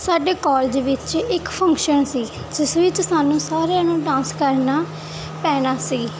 ਸਾਡੇ ਕਾਲਜ ਵਿੱਚ ਇੱਕ ਫੰਕਸ਼ਨ ਸੀ ਜਿਸ ਵਿੱਚ ਸਾਨੂੰ ਸਾਰਿਆ ਨੂੰ ਡਾਂਸ ਕਰਨਾ ਪੈਣਾ ਸੀ